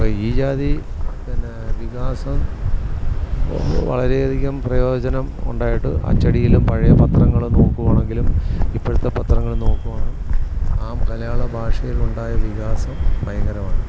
അപ്പം ഈ ജാതി പിന്നെ വികാസം ഇപ്പോൾ വളരെ അധികം പ്രയോജനം ഉണ്ടായിട്ട് അച്ചടിയിലും പഴയ പത്രങ്ങൾ നോക്കുവാണെങ്കിലും ഇപ്പോഴത്തെ പത്രങ്ങൾ നോക്കുവാണ് ആ മലയാള ഭാഷയിലുണ്ടായ വികാസം ഭയങ്കരമാണ്